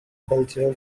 cultural